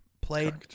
played